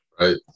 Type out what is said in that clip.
Right